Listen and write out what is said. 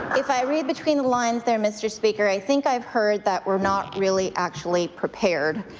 if i read between the lines there, mr. speaker, i think i've heard that we're not really actually prepared.